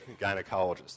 gynecologist